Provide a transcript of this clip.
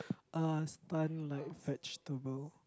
uh stunned like vegetable